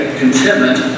contentment